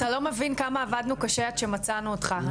אתה לא מבין כמה עבדנו קשה עד שמצאנו אותך,